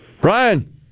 Brian